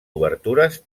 obertures